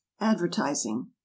advertising